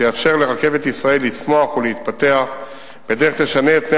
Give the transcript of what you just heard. שיאפשר לרכבת ישראל לצמוח ולהתפתח בדרך שתשנה את פני